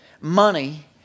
money